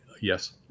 Yes